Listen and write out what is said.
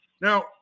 Now